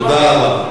תודה רבה.